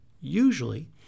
usually